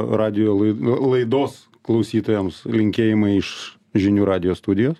radijo lai laidos klausytojams linkėjimai iš žinių radijo studijos